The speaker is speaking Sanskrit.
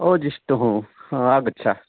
ओ जिष्णुः आगच्छ